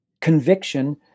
conviction